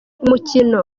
umukino